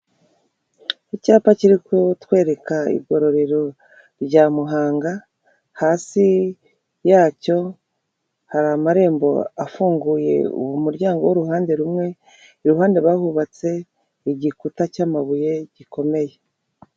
Icyapa kiri kutwereka igororero rya Muhanga, hasi yacyo hari amarembo afunguye umuryango w'uruhande rumwe, iruhande bahubatse igikuta cy'amabuye gikomeye.